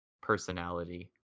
personality